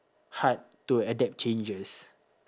hard to adapt changes